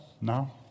now